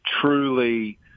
truly